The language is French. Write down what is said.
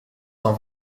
sans